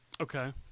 Okay